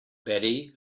betty